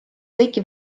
kõiki